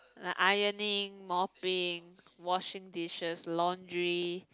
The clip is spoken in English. like ironing mopping washing dishes laundry